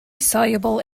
soluble